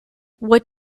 what